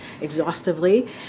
exhaustively